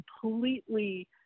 completely